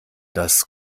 das